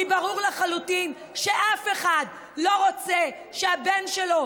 כי ברור לחלוטין שאף אחד לא רוצה שהבן שלו,